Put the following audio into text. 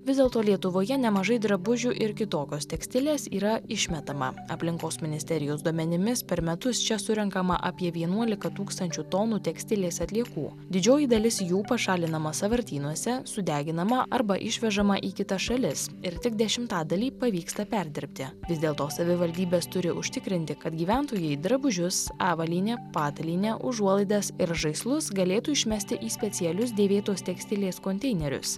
vis dėlto lietuvoje nemažai drabužių ir kitokios tekstilės yra išmetama aplinkos ministerijos duomenimis per metus čia surenkama apie vienuolika tūkstančių tonų tekstilės atliekų didžioji dalis jų pašalinama sąvartynuose sudeginama arba išvežama į kitas šalis ir tik dešimtadalį pavyksta perdirbti vis dėl to savivaldybės turi užtikrinti kad gyventojai drabužius avalynę patalynę užuolaidas ir žaislus galėtų išmesti į specialius dėvėtos tekstilės konteinerius